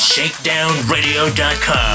ShakedownRadio.com